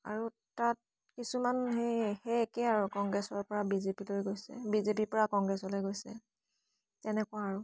আৰু তাত কিছুমান সেই সেই একেই আৰু কংগ্ৰেছৰ পৰা বিজেপিলৈ গৈছে বিজেপিৰ পৰা কংগ্ৰেছলৈ গৈছে তেনেকুৱা আৰু